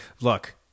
look